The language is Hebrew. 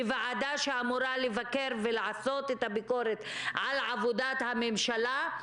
כוועדה שאמורה לבקר ולעשות את הביקורת על עבודת הממשלה,